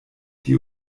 die